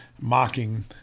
mocking